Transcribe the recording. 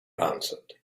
answered